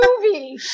movie